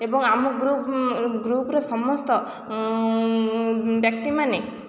ଏବଂ ଗ୍ରୁପ୍ ଗ୍ରୁପ୍ର ସମସ୍ତ ବ୍ୟକ୍ତିମାନେ